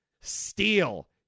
Steal